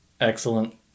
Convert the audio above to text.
Excellent